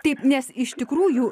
taip nes iš tikrųjų